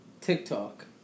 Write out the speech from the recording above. TikTok